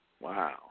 Wow